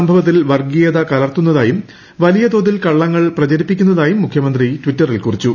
സംഭവത്തിൽ വർഗ്ഗീയത കലർത്തുന്നതായും വലിയതോതിൽ കള്ളങ്ങൾ പ്രചരിപ്പിക്കുന്നതായും മുഖ്യമന്ത്രി ട്വിറ്ററിൽ കുറിച്ചു